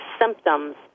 symptoms